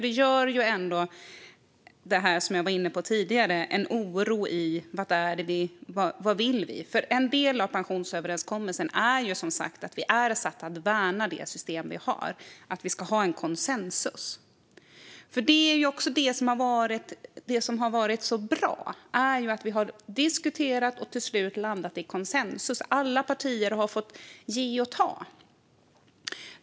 Detta gör, som jag var inne på tidigare, att det blir en oro för vad det är vi vill. En del av pensionsöverenskommelsen är som sagt att vi är satta att värna det system vi har och att vi ska ha konsensus. Det som har varit så bra är att vi har diskuterat och till slut landat i konsensus. Alla partier har fått ge och ta.